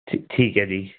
ਠੀਕ ਹੈ ਜੀ